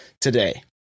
today